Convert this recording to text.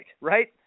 right